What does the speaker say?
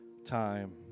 time